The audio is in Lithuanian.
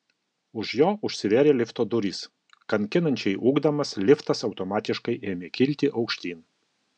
už jo užsivėrė lifto durys kankinančiai ūkdamas liftas automatiškai ėmė kilti aukštyn